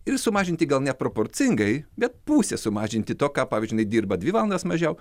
ir sumažinti gal neproporcingai bet pusę sumažinti to ką pavyzdžiui jinai dirba dvi valandas mažiau